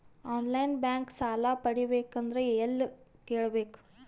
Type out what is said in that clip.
On line bank ಸಾಲ ಪಡಿಬೇಕಂದರ ಎಲ್ಲ ಕೇಳಬೇಕು?